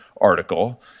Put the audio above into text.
article